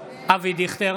(קורא בשמות חברי הכנסת) אבי דיכטר,